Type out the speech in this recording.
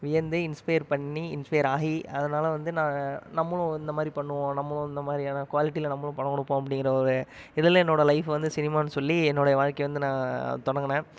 வியந்து இன்ஸ்பயர் பண்ணி இன்ஸ்பயர் ஆகி அதனால் வந்து நான் நம்மளும் இந்த மாதிரி பண்ணுவோம் நம்மளும் இந்த மாதிரியான குவாலிட்டியில் நம்மளும் படம் கொடுப்போம் அப்படிங்குற ஒரு இதில் என்னோடய லைப் வந்து சினிமானு சொல்லி என்னோடய வாழ்க்கையை வந்து நான் தொடங்கினேன்